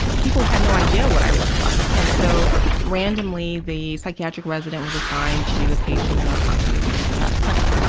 people had no idea what i look like, and so randomly, the psychiatric resident was assigned to a patient in our continuity clinic,